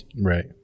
Right